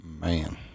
Man